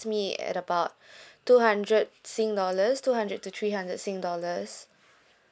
me at about two hundred sing dollars two hundred to three hundred sing dollars